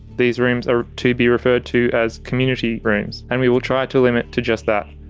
these rooms are to be referred to as community rooms and we will try to limit to just that,